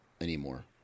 anymore